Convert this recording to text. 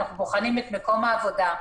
אנחנו בוחנים את מקום העבודה,